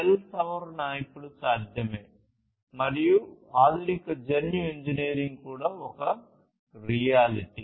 cell సవరణ ఇప్పుడు సాధ్యమే మరియు ఆధునిక జన్యు ఇంజనీరింగ్ కూడా ఒక రియాలిటీ